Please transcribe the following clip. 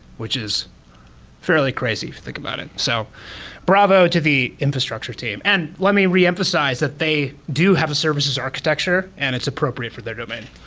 which is fairly crazy if you think about it. so bravo to the infrastructure team. and let me reemphasize that they do have a services architecture and it's appropriate for their domain.